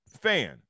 fan